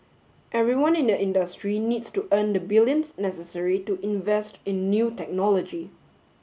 everyone in the industry needs to earn the billions necessary to invest in new technology